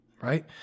right